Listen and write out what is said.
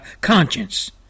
conscience